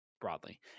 broadly